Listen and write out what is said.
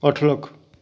ਅੱਠ ਲੱਖ